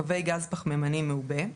קווי גז פחמימני מעובה,